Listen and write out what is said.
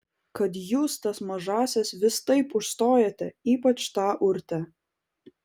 kad jūs tas mažąsias vis taip užstojate ypač tą urtę